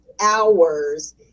hours